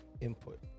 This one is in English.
input